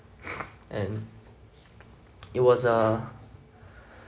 and it was a